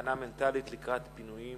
הכנה מנטלית לקראת פינויים